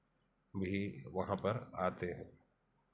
भी वहाँ पर आते हैं